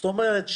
זאת אומרת,